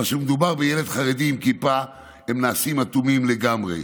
אבל כשמדובר בילד חרדי עם כיפה הם נעשים אטומים לגמרי.